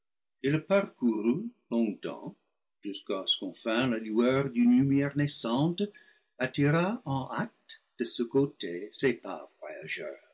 il le parcourut longtemps jusqu'à ce qu'enfin la lueur d'une lumière naissante attira en hâte de ce côté ses pas